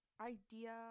idea